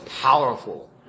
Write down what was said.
powerful